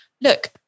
look